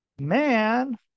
man